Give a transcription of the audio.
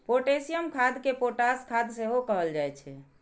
potassium खाद कें potash खाद सेहो कहल जाइ छै